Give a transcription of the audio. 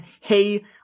Hey